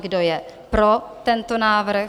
Kdo je pro tento návrh?